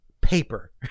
paper